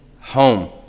home